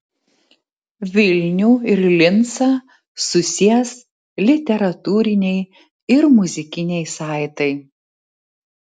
vilnių ir lincą susies literatūriniai ir muzikiniai saitai